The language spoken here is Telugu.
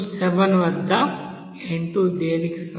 t27 వద్ద n2 దేనికి సమానం